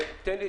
טל,